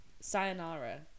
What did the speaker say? sayonara